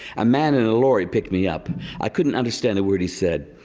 a man in a lori picked me up i couldn't understand a word he said.